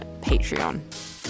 patreon